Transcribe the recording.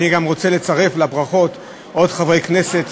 אני רוצה לצרף לברכות עוד חברי כנסת